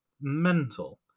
mental